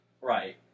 Right